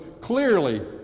clearly